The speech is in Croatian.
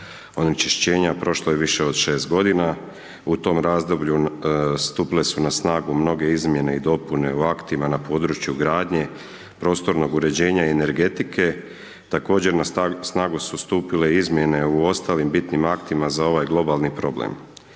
onečišćenja prošlo je više od 6 g., u tom razdoblju stupile su na snagu mnoge izmjene i dopune o aktima na području gradnje, prostornog uređenja i energetike. Također na snagu su stupile i izmjene u ostalim bitnim aktima za ovaj globalni problem.